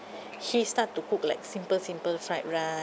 he start to cook like simple simple fried rice